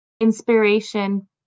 inspiration